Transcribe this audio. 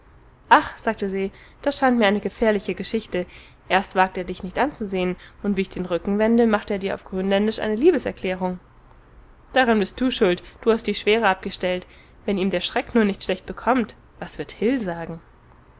ach sagte se das scheint mir eine gefährliche geschichte erst wagt er dich nicht anzusehen und wie ich den rücken wende macht er dir auf grönländisch eine liebeserklärung daran bist du schuld du hast die schwere abgestellt wenn ihm der schreck nur nicht schlecht bekommt was wird hil sagen